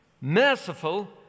Merciful